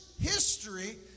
history